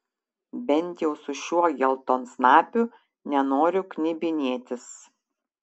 bent jau su šiuo geltonsnapiu nenoriu knibinėtis